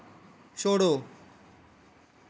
छोड़ो